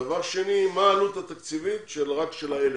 דבר שני, מה העלות התקציבית רק של ה-1,000?